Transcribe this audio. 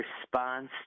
response